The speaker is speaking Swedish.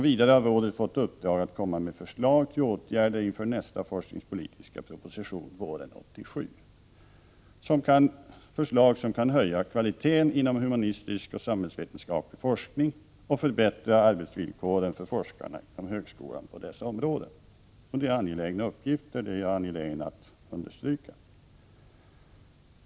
Vidare har rådet fått i uppdrag att komma med förslag till åtgärder inför nästa forskningspolitiska proposition våren 1987 — förslag som kan höja kvaliteten inom humanistisk-samhällsvetenskaplig forskning och förbättra arbetsvillkoren för forskarna inom högskolan på dessa områden. Det är angelägna uppgifter, vilket jag vill understryka.